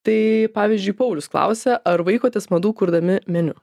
tai pavyzdžiui paulius klausia ar vaikotės madų kurdami meniu